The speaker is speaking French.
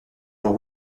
pour